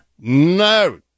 No